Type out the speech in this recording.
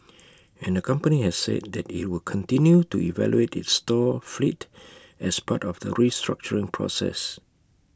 and the company has said that IT would continue to evaluate its store fleet as part of the restructuring process